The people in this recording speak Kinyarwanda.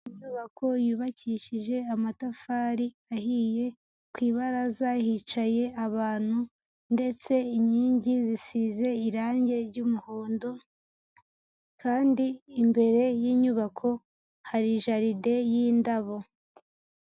Inyubako yubakishije amatafari ahiye, ku ibaraza hicaye abantu, ndetse inkingi zisize irange ry'umuhondo, kandi imbere y'inyubako hari jaride y'indabo.